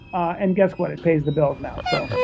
and guess what, it pays the bills now. so